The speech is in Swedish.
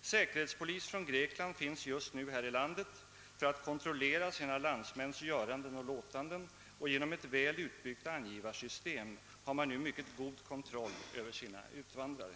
Säkerhetspolis från Grekland finns just nu här i landet för att kontrollera sina landsmäns göranden och låtanden och genom ett väl utbyggt angivarsystem har man nu mycket god kontroll över sina utvandrare.»